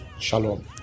Shalom